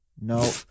No